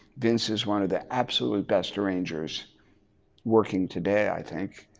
vince is one of the absolute best arrangers working today, i think.